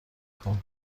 کنید